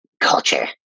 Culture